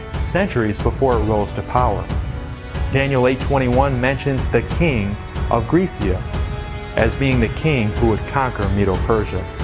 centuries before it rose to power daniel eight twenty one mentions. the king of grecia. as being the king who would conquer medo-persia.